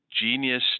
genius